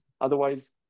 otherwise